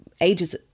ages